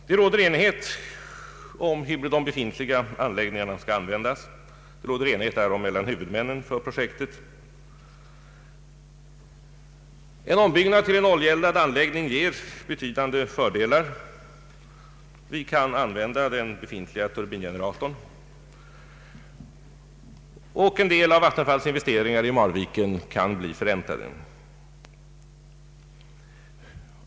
Det råder enighet mellan huvudmännen för projektet om hur de befintliga anläggningarna skall kunna användas. En ombyggnad till en oljeeldad anläggning ger betydande fördelar. Vi kan använda den befintliga turbingeneratorn, och en del av Vattenfalls investeringar i Marviken kan bli förräntade.